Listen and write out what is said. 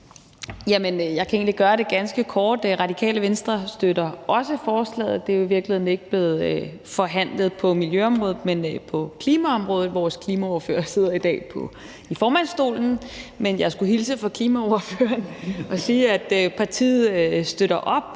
Jeg kan egentlig gøre det ganske kort. Radikale Venstre støtter også forslaget. Det er jo i virkeligheden ikke blevet forhandlet på miljøområdet, men på klimaområdet – vores klimaordfører sidder i dag i formandsstolen, men jeg skulle hilse fra klimaordføreren og sige, at partiet støtter op